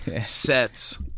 sets